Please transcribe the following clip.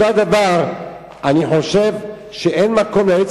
אותו הדבר אני חושב שאין מקום ליועץ